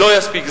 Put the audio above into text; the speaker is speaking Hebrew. לא יספיקו.